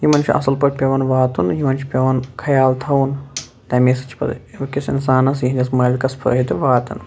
یِمن چھُ اصل پٲٹھۍ پیٚوان واتُن یِمن چھُ پیٚوان خیال تھاوُن تمے سۭتۍ چھ پتہٕ أکِس انسانس یِہنٛدِس مٲلکس فٲیدٕ واتان